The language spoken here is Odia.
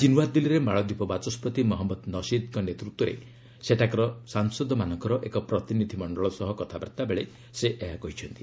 ଆଜି ନୂଆଦିଲ୍ଲୀରେ ମାଳଦୀପ ବାଚସ୍କତି ମହମ୍ମଦ ନସିଦଙ୍କ ନେତୃତ୍ୱରେ ସେଠାକାର ସାଂସଦମାନଙ୍କର ଏକ ପ୍ରତିନିଧି ମଣ୍ଡଳ ସହ କଥାବାର୍ତ୍ତା ବେଳେ ସେ ଏହା କହିଛନ୍ତି